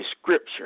Scripture